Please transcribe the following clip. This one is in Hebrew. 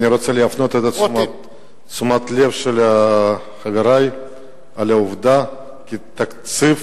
אני רוצה להפנות את תשומת הלב של חברי לעובדה כי תקציב